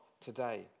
today